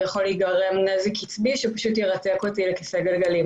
יכול להיגרם נזק עצבי שפשוט ירתק אותי לכיסא הגלגלים,